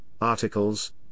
articles